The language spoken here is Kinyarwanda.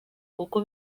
kuko